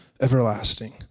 Everlasting